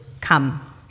come